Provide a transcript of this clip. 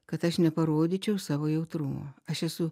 kad aš neparodyčiau savo jautrumo aš esu